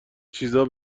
چیزا